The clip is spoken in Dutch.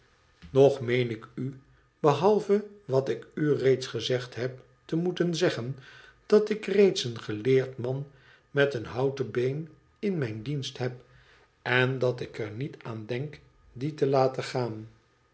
nog meen ik u behalve wat ik u reeds gezegd heb te moeten zeggen dat ik reeds een geleerd man met een houten been in mijn dienst heb en dat ik er qiet aan denk dien te laten gaan